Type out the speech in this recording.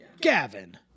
Gavin